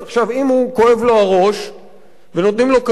אם כואב לו הראש ונותנים לו כדור,